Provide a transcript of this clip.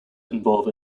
involve